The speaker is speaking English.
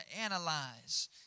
analyze